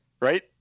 right